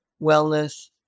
wellness